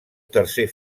tercer